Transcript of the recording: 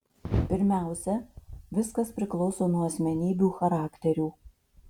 pirmiausia viskas priklauso nuo asmenybių charakterių